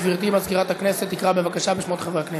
גברתי מזכירת הכנסת תקרא בבקשה בשמות חברי הכנסת.